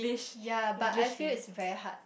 ya but I feel it's very hard